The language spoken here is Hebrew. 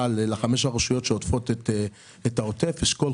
לחמש הרשויות שעוטפות את העוטף אשכול,